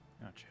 Gotcha